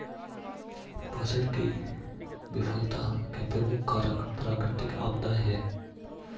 फसल की विफलता के प्रमुख कारक प्राकृतिक आपदाएं हैं